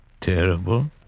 Terrible